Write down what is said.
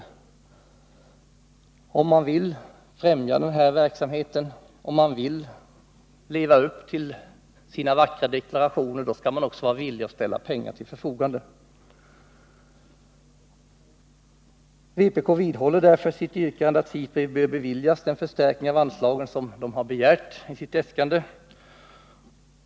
Om man vill främja den här verksamheten och om man vill leva upp till sina vackra deklarationer, då bör man också vara villig att ställa pengar till förfogande. Vpk vidhåller sitt yrkande att SIPRI bör beviljas den förstärkning av anslagen som de har begärt i sitt äskande.